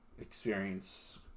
experience